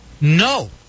no